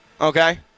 Okay